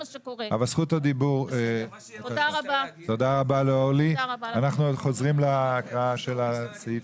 תודה רבה לאורלי, אנחנו חוזרים להקראה של הסעיפים.